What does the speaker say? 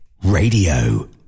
Radio